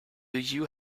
you